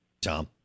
Tom